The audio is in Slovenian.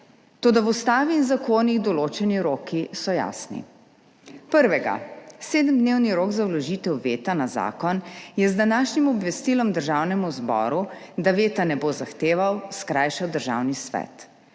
toda v ustavi in zakonih določeni roki so jasni. Prvega, sedemdnevni rok za vložitev veta na zakon, je z današnjim obvestilom Državnemu zboru, da veta ne bo zahteval, skrajšal Državni svet.